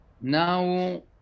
now